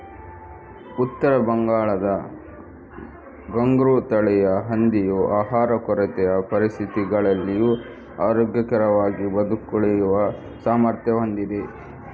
ಉತ್ತರ ಬಂಗಾಳದ ಘುಂಗ್ರು ತಳಿಯ ಹಂದಿಯು ಆಹಾರ ಕೊರತೆಯ ಪರಿಸ್ಥಿತಿಗಳಲ್ಲಿಯೂ ಆರೋಗ್ಯಕರವಾಗಿ ಬದುಕುಳಿಯುವ ಸಾಮರ್ಥ್ಯ ಹೊಂದಿದೆ